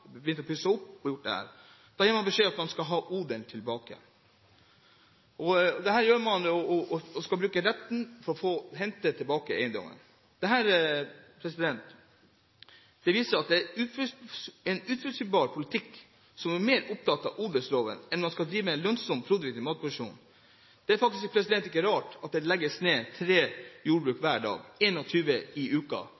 begynt å pusse opp. Etter en stund får de altså beskjed om at selger vil ha odelen tilbake, og man bruker retten til å få eiendommen tilbake. Dette viser at det er en uforutsigbar politikk, som er mer opptatt av odelsloven enn at man skal drive med lønnsom og produktiv matproduksjon. Det er ikke rart at det legges ned tre